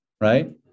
right